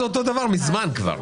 היום זה אותו דבר, מזמן כבר.